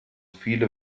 viele